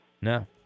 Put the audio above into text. No